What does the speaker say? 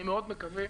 ואני מאוד מקווה.